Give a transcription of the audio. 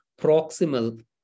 proximal